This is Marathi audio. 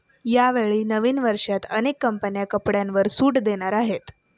यावेळी नवीन वर्षात अनेक कंपन्या कपड्यांवर सूट देणार आहेत